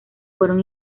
fueron